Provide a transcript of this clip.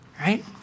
right